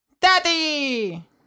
Daddy